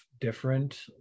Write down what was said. different